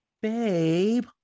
babe